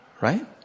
right